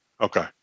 Okay